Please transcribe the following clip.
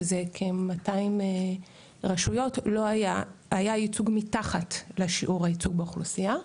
שזה כ-200 רשויות היה ייצוג מתחת לשיעור הייצוג באוכלוסיה,